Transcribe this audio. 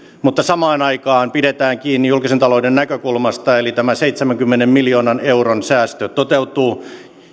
mutta samaan aikaan pidetään kiinni julkisen talouden näkökulmasta eli tämä seitsemänkymmenen miljoonan euron säästö toteutuu